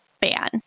ban